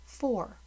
Four